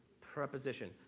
preposition